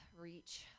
reach